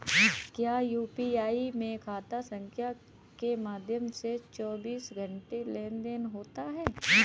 क्या यू.पी.आई में खाता संख्या के माध्यम से चौबीस घंटे लेनदन होता है?